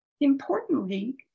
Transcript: Importantly